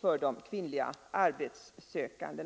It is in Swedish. för kvinnliga arbetssökande.